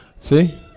See